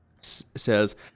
says